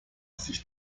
sich